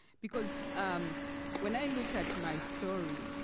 because when i look at my story,